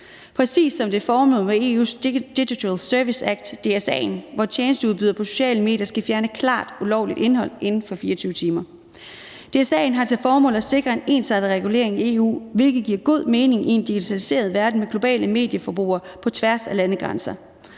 præcis som det er formålet med EU's Digital Services Act, DSA, hvor tjenesteudbydere på sociale medier skal fjerne klart ulovligt indhold inden for 24 timer. DSA har til formål at sikre en ensartet regulering i EU, hvilket giver god mening i en digitaliseret verden med globale medieforbrugere på tværs af landegrænser.